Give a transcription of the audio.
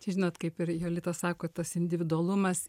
čia žinot kaip ir jolita sako tas individualumas